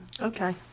Okay